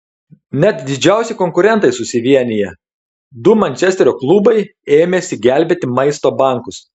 net didžiausi konkurentai susivienija du mančesterio klubai ėmėsi gelbėti maisto bankus